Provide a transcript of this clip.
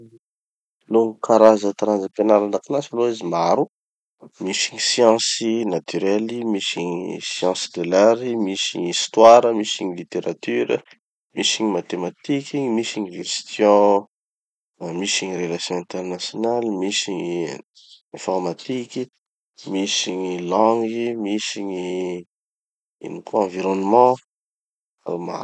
No karaza taranja ampianary andakilasy aloha izy maro. Misy gny science naturelle, misy gny science de l'art, misy gny histoire, misy gny littérature, misy gny mathématiques, misy gny gestion, misy gny relations internationales, misy gny informatiques, misy gny langues, misy gny ino koa, environnement, maromaro.